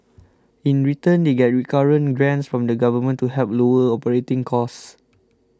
in return they get recurrent grants from the Government to help lower operating costs